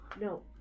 No